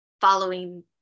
following